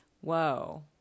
Whoa